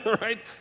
right